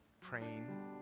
praying